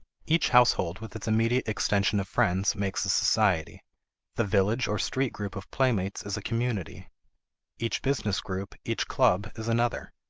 each household with its immediate extension of friends makes a society the village or street group of playmates is a community each business group, each club, is another.